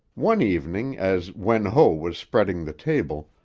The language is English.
one evening as wen ho was spreading the table,